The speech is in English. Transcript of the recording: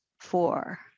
four